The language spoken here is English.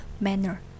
manner